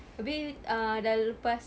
tapi uh dah lepas